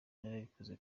narabikoze